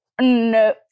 No